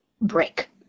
break